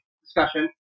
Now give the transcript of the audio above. discussion